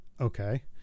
okay